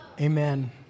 Amen